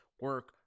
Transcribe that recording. Work